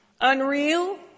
Unreal